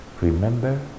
Remember